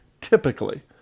typically